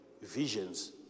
visions